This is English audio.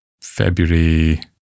February